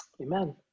Amen